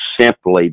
simply